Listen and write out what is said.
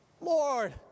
Lord